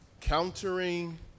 Countering